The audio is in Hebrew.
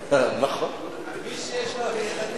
מי שיש לו נכדים,